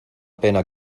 pena